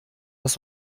das